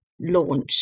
launch